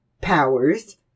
powers